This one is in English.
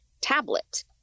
tablet